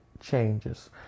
changes